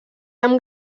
amb